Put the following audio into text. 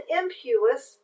impious